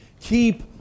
Keep